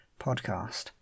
podcast